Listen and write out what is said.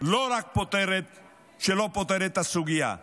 לא רק שלא פותרת את הסוגיה,